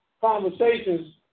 conversations